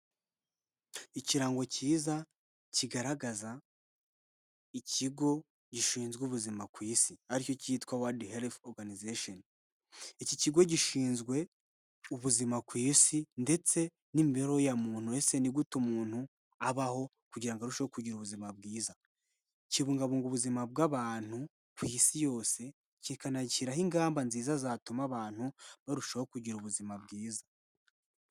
Ikirango cyiza kigaragaza ikigo gishinzwe ubuzima ku isi aricyo cyitwa world health organization. iki kigo gishinzwe ubuzima ku isi ndetse n'imibereho ya muntu wese. mbese ni gute umuntu yabaho kugira ngo arusheho kugira ubuzima bwiza, kibungabunga ubuzima bw'abantu ku isi yose, kikanashyiraho ingamba nziza zatuma abantu barushaho kugira ubuzima bwiza.